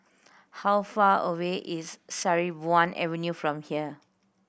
how far away is Sarimbun Avenue from here